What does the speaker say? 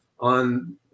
on